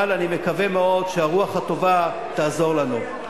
אבל אני מקווה מאוד שהרוח הטובה תעזור לנו.